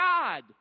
God